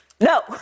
No